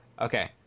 Okay